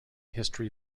history